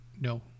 no